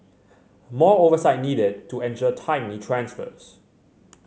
more oversight needed to ensure timely transfers